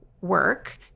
work